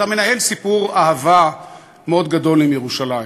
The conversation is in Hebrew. אתה מנהל סיפור אהבה מאוד גדול עם ירושלים.